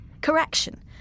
Correction